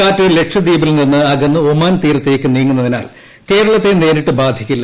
കാറ്റ് ലക്ഷദ്വീപിൽ നിന്ന് അകന്ന് ഒമാൻ തീരത്തേക്ക് നീങ്ങുന്നതിനാൽ കേരളത്തെ നേരിട്ട് ബാധിക്കില്ല